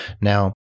Now